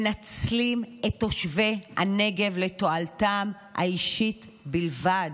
מנצלים את תושבי הנגב לתועלתם האישית בלבד.